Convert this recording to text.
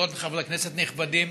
חברות וחברי כנסת נכבדים,